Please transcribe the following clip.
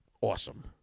awesome